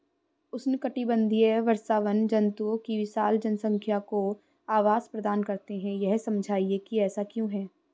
उष्णकटिबंधीय वर्षावन जंतुओं की विशाल जनसंख्या को आवास प्रदान करते हैं यह समझाइए कि ऐसा क्यों है?